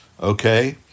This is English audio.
Okay